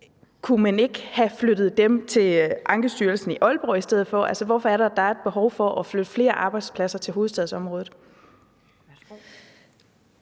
Kunne man ikke have flyttet dem til Ankestyrelsen i Aalborg i stedet for? Hvorfor er det, at der er et behov for at flytte flere arbejdspladser til hovedstadsområdet?